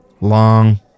long